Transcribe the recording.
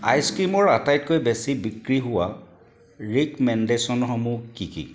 ice ক্ৰীমৰ আটাইতকৈ বেছি বিক্ৰী হোৱা ৰিক'মেণ্ডেশ্যনসমূহ কি কি